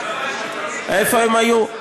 איפה הם היו?